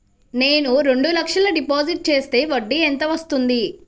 నేను రెండు లక్షల డిపాజిట్ చేస్తే వడ్డీ ఎంత వస్తుంది?